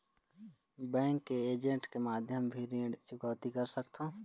Bank के agent माध्यम भी ऋण चुकौती कर सकथों?